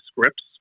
scripts